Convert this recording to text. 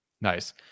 Nice